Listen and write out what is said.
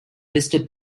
listed